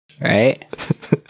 Right